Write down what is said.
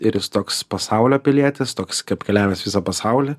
ir jis toks pasaulio pilietis toks apkeliavęs visą pasaulį